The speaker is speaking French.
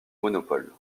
monopole